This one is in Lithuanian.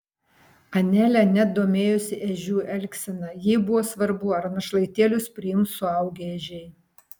anelė net domėjosi ežių elgsena jai buvo svarbu ar našlaitėlius priims suaugę ežiai